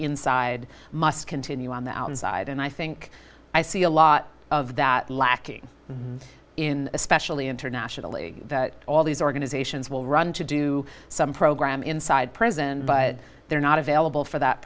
inside must continue on the outside and i think i see a lot of that lacking in especially internationally all these organizations will run to do some program inside prison but they're not available for that